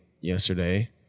yesterday